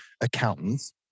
accountants